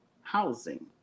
housing